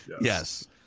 yes